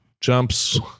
jumps